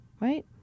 Right